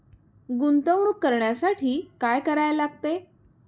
गुंतवणूक करण्यासाठी काय करायला लागते?